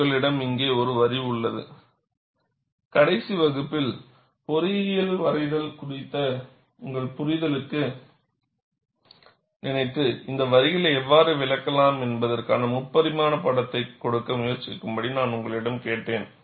உங்களிடம் இங்கே ஒரு வரி உள்ளது கடைசி வகுப்பில் பொறியியல் வரைதல் குறித்த உங்கள் புரிதலுக்குச் நினைத்து இந்த வரிகளை எவ்வாறு விளக்கலாம் என்பதற்கான முப்பரிமாண படத்தைக் கொடுக்க முயற்சிக்கும்படி நான் உங்களிடம் கேட்டேன்